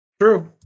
True